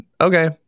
okay